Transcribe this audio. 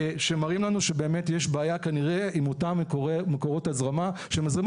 שמראים לנו שבאמת יש בעיה כנראה עם אותם מקורות הזרמה שמזרימות